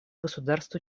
государств